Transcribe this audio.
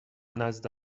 نزد